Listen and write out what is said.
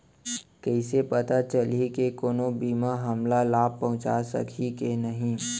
कइसे पता चलही के कोनो बीमा हमला लाभ पहूँचा सकही के नही